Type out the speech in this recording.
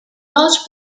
large